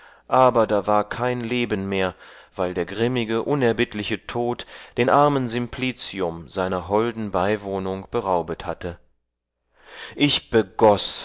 aber da war kein leben mehr weil der grimmige unerbittliche tod den armen simplicium seiner holden beiwohnung beraubet hatte ich begoß